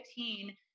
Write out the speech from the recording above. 2015